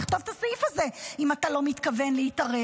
תכתוב את הסעיף הזה, אם אתה לא מתכוון להתערב.